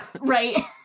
right